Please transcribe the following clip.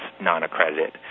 non-accredited